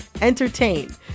entertain